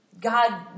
God